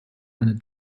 eine